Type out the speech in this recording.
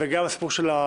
וגם של השקיפות.